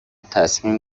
تصمیم